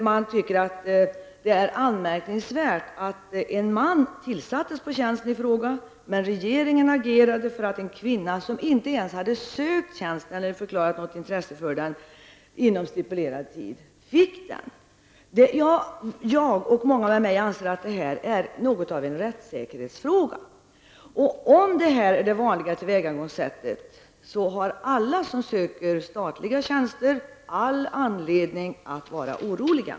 Man tycker att det är anmärkningsvärt att en man fått tjänsten i fråga, men att regeringen agerat för att en kvinna, som inte ens har sökt tjänsten eller förklarat sig intresserad av den inom stipulerad tid, skulle få den. Jag, och många med mig, anser att detta är något av en rättssäkerhetsfråga. Om det här är det vanliga tillvägagångssättet så har alla som söker statliga tjänster all anledning att vara oroliga.